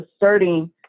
asserting